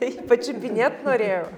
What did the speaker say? tai pačiupinėt norėjau